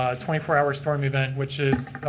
ah twenty four hour storm event, which